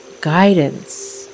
guidance